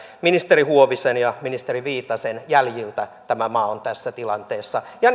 ministeri huovisen ja ministeri viitasen jäljiltä tämä maa on tässä tilanteessa ja